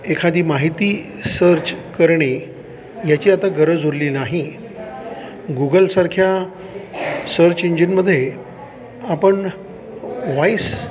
एखादी माहिती सर्च करणे याची आता गरज उरली नाही गुगलसारख्या सर्च इंजिनमध्ये आपण वॉईस